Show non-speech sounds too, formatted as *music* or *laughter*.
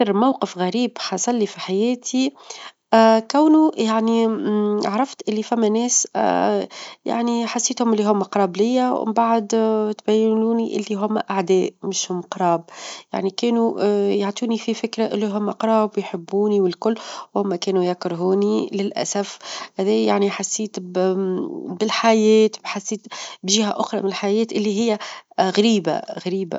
أكثر موقف غريب حصل لي في حياتي *hesitation* كونه يعني *hesitation* عرفت اللي فما ناس *hesitation* يعني حسيتهم اللي هم قراب ليا ومن بعد *hesitation* تبينوني اللي هم أعداء مش هم قراب، يعني كانوا *hesitation* يعطوني في فكرة إنهم أقراب، ويحبوني والكل، وهما كانوا يكرهوني للأسف هاذي يعني حسيت -بال- بالحياة وحسيت بجهة أخرى من الحياة اللي هي غريبة، غريبة.